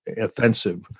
offensive